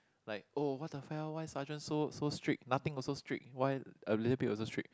like oh what the fell why sergeant so so strict nothing also strict why a little bit also strict